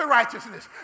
righteousness